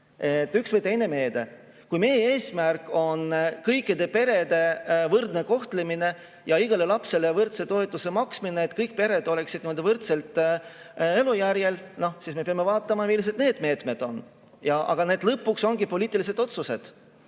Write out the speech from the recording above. üks või teine meede. Kui meie eesmärk on kõikide perede võrdne kohtlemine ja igale lapsele võrdse toetuse maksmine, nii et kõik pered oleksid võrdsel elujärjel, siis me peame vaatama, millised meetmed [sobivad]. Aga need lõpuks ongi poliitilised otsused,